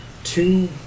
Two